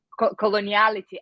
coloniality